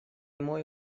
мой